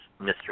Mr